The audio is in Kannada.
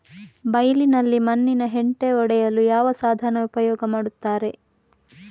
ಬೈಲಿನಲ್ಲಿ ಮಣ್ಣಿನ ಹೆಂಟೆ ಒಡೆಯಲು ಯಾವ ಸಾಧನ ಉಪಯೋಗ ಮಾಡುತ್ತಾರೆ?